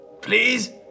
please